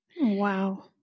Wow